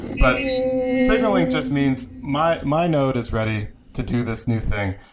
but signaling just means my my node is ready to do this new thing.